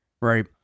right